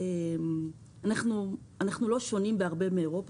אנחנו לא שונים בהרבה מאירופה.